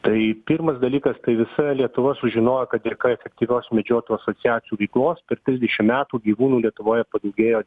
tai pirmas dalykas tai visa lietuva sužinojo kad dėka efektyvios medžiotojų asociacijų veiklos per trisdešim metų gyvūnų lietuvoje padaugėjo